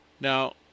Now